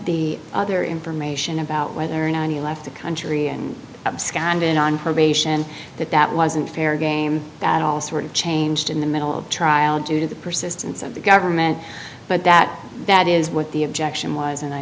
the other information about whether or not any left the country and abscond in on probation that that wasn't fair game at all sort of changed in the middle of trial due to the persistence of the government but that that is what the objection was and i